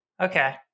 Okay